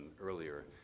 earlier